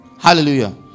Hallelujah